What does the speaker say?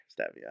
Stevia